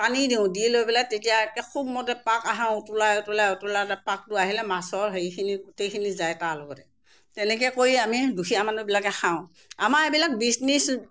পানী দিওঁ দি লৈ পেলাই তেতিয়া একে খুব মতে পাক অহা উতলাই উতলাই উতলাই উতলাই পাকটো আহিলে মাছৰ হেৰিখিনি গোটেইখিনি যায় তাৰ লগতে তেনেকৈ কৰি আমি দুখীয়া মানুহবিলাকে খাওঁ আমাৰ এইবিলাক